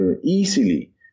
easily